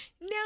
Now